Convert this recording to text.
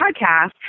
podcast